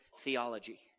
theology